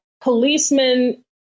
policemen